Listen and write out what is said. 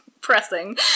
Pressing